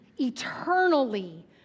eternally